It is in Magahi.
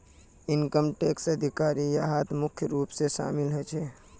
इनकम टैक्सेर अधिकारी यहात मुख्य रूप स शामिल ह छेक